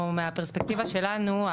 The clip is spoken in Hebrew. או מהפרספקטיבה שלנו,